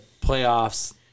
playoffs